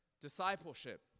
discipleship